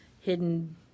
hidden